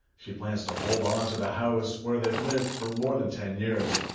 she plans to hold on to the house where they've lived for more than ten years.